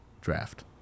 draft